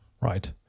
right